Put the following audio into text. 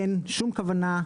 אין שום כוונה,